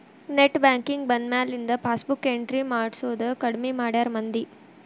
net banking ಬಂದ್ಮ್ಯಾಲಿಂದ passbook entry ಮಾಡ್ಸೋದ್ ಕಡ್ಮಿ ಮಾಡ್ಯಾರ ಮಂದಿ